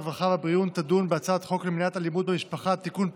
הרווחה והבריאות תדון בהצעת חוק למניעת אלימות במשפחה (תיקון,